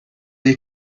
you